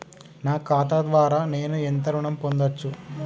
నా ఖాతా ద్వారా నేను ఎంత ఋణం పొందచ్చు?